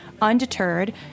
undeterred